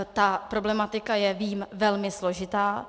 Ta problematika je, vím, velmi složitá.